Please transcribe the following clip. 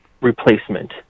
replacement